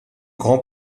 grand